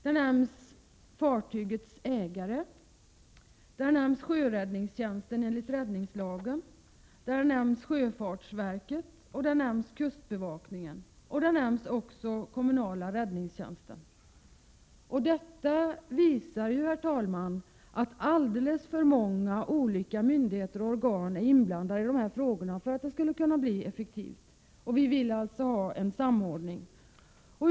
Där nämns fartygets ägare, sjöräddningstjänsten enligt räddningslagen, sjöfartsverket, kustbevakningen och även den kommunala räddningstjänsten. Detta visar, herr talman, att alldeles för många myndigheter och organ är inblandade i dessa frågor för att verksamheten skulle kunna bli effektiv, och vi vill ha en samordning.